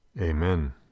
Amen